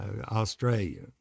Australia